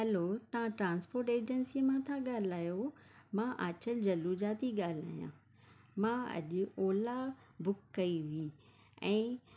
hello तव्हां transport agency मां था ॻाल्हायो मां आंचल जलूजा थी ॻाल्हायां मां अॼु ओला बुक कई हुई ऐं